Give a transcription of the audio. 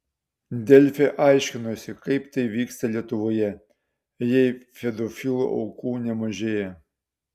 delfi aiškinosi kaip tai vyksta lietuvoje jei pedofilų aukų nemažėja